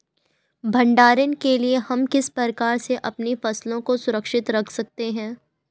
भंडारण के लिए हम किस प्रकार से अपनी फसलों को सुरक्षित रख सकते हैं?